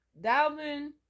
Dalvin